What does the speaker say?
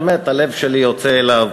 באמת, הלב שלי יוצא אליו,